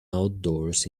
outdoors